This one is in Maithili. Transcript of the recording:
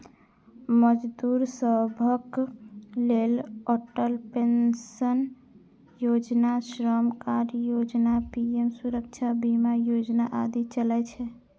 मजदूर सभक लेल अटल पेंशन योजना, श्रम कार्ड योजना, पीएम सुरक्षा बीमा योजना आदि चलै छै